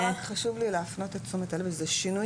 היה לי חשוב להפנות את תשומת הלב שזה שינוי